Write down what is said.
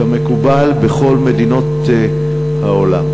כמקובל בכל מדינות העולם.